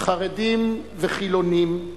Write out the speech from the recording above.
חרדים וחילונים,